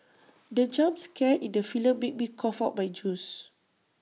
the jump scare in the film made me cough out my juice